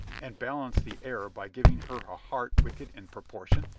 and balance the error by giving her a heart wicked in proportion?